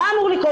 מה אמור לקרות